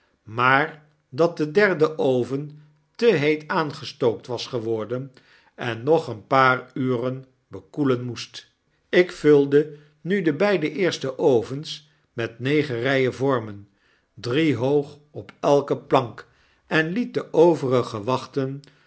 maar dat de derde oven te heet aangestookt was geworden en nog een paar uren bekoelen moest ik vulde nu de beide eerste ovens met negen ryen vormen drie hoog op elke plank en liet de overige wachten